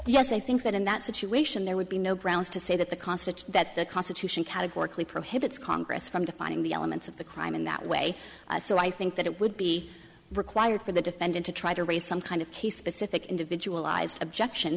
i think that in that situation there would be no grounds to say that the concert that the constitution categorically prohibits congress from defining the elements of the crime in that way so i think that it would be required for the defendant to try to raise some kind of specific individual ised objection